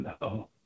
No